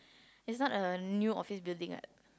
it's not a new office building [what]